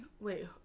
Wait